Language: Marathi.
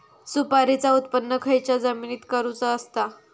सुपारीचा उत्त्पन खयच्या जमिनीत करूचा असता?